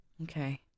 Okay